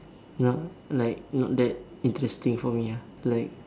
not like not that interesting for me ah like